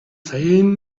саяын